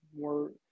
more